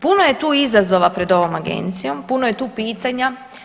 Puno je tu izazova pred ovom agencijom, puno je tu pitanja.